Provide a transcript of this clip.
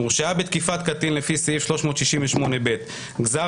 היא הורשעה בתקיפת קטין לפי סעיף 368ב. גזר